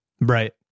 Right